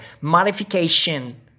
modification